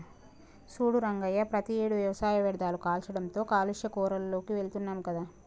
సూడు రంగయ్య ప్రతియేడు వ్యవసాయ వ్యర్ధాలు కాల్చడంతో కాలుష్య కోరాల్లోకి వెళుతున్నాం కదా